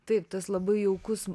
taip tas labai jaukus